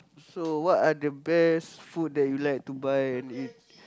so what are the best food you like to buy and eat